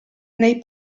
nei